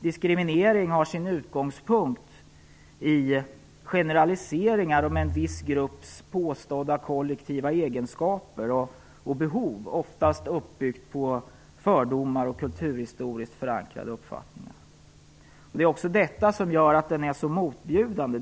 Diskriminering har sin utgångspunkt i generaliseringar om en viss grupps påstådda kollektiva egenskaper och behov, generaliseringar oftast uppbyggda på fördomar och kulturhistoriskt förankrade uppfattningar. Det är också detta som gör den så motbjudande.